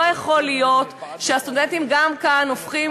לא יכול להיות שהסטודנטים גם כאן הופכים